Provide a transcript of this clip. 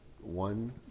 one